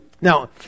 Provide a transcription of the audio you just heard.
Now